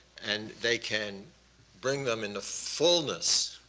and they can bring them in the fullness.